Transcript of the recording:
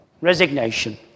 Resignation